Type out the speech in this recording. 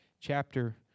chapter